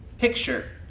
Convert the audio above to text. picture